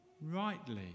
rightly